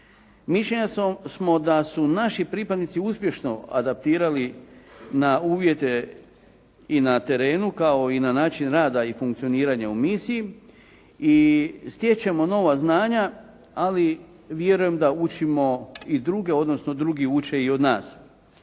Mišljenja smo da su se naši pripadnici uspješno adaptirali na uvjete i na terenu, kao i na način rada i funkcioniranje u misiji i stječemo nova znanja, ali vjerujem da učimo i druge odnosno drugi uče i od nas.